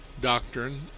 doctrine